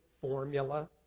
formula